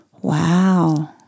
Wow